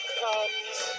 comes